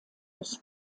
des